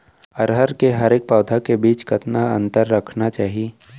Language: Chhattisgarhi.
अरहर के हरेक पौधा के बीच कतना के अंतर रखना चाही?